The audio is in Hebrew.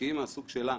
משקיעים מהסוג שלנו.